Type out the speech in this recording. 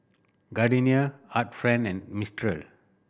Gardenia Art Friend and Mistral